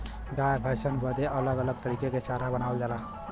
गाय भैसन बदे अलग अलग तरीके के चारा बनावल जाला